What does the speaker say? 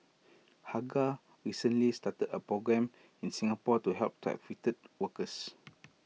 hagar recently started A programme in Singapore to help trafficked workers